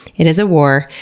it is a war,